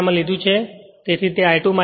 તેથી તે I2 I1 હશે